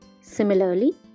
Similarly